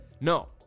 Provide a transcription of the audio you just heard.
No